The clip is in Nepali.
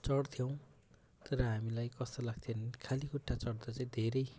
चढ्थ्यौँ तर हामीलाई कस्तो लाग्थ्यो भने खाली खुट्टा चढ्दा चाहिँ धेरै